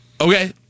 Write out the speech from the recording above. Okay